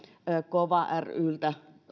kova ryltä